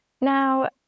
Now